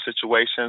situations